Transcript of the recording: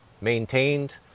maintained